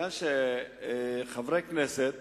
חברי כנסת